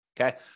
Okay